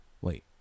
Wait